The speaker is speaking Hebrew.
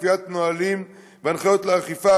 קביעת נהלים והנחיות לאכיפה,